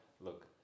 Look